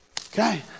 Okay